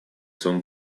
своем